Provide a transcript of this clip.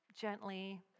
gently